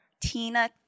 Tina